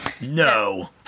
No